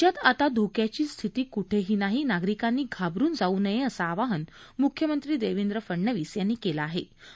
राज्यात आता धोक्याची स्थिती कुठेही नाही नागरिकांनी घाबरून जाऊ नये असं आवाहन मुख्यमंत्री देवेंद्र फडणवीस यांनी केलं आहॆ